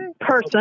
person